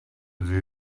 vzít